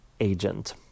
agent